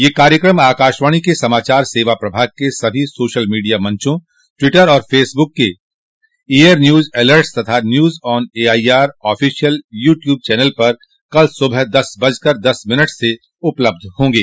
यह कार्यक्रम आकाशवाणी के समाचार सेवा प्रभाग के सभी सोशल मीडिया मंचों ट्वीटर और फेसबुक के एयरन्यूजएलर्टस तथा news on A I R official YouTube channel पर कल सुबह दस बजकर दस मिनट से उपलब्ध होंगे